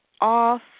off